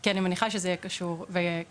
כי אני מניחה שזה יהיה קשור וכרוך.